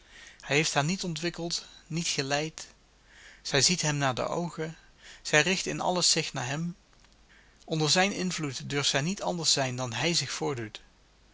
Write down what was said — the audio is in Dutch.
hij heeft haar niet ontwikkeld niet geleid zij ziet hem naar de oogen zij richt in alles zich naar hem onder zijn invloed durft zij niet anders zijn dan hij zich voordoet